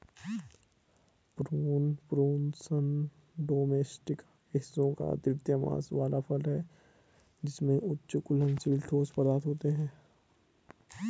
prune, prunus domestica किस्मों का दृढ़ मांस वाला फल है जिसमें उच्च घुलनशील ठोस पदार्थ होते हैं